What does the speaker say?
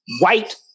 white